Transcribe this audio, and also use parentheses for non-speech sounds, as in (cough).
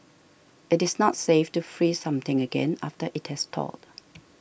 it is not safe to freeze something again after it has thawed (noise)